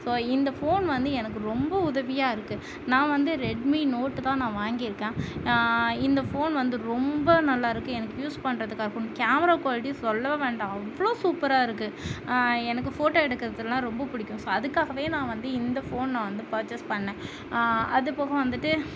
so இந்த phone வந்து எனக்கு ரொம்ப உதவியாயிருக்கு நான் வந்து ரெட்மி நோட் தான் நான் வாங்கியிருக்கேன் இந்த ஃபோன் வந்து ரொம்ப நல்லாயிருக்கு எனக்கு யூஸ் பண்ணுறதுக்கா இருக்கட்டும் கேமரா குவாலிட்டி சொல்லவே வேண்டாம் அவ்வளோ சூப்பராயிருக்கு எனக்கு ஃபோட்டோ எடுக்கிறதுலா ரொம்ப பிடிக்கும் ஸோ அதுக்காகவே நான் வந்து இந்த ஃபோன் நான் வந்து பர்சேஸ் பண்ணினேன் அது போக வந்துட்டு